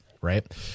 right